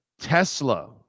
tesla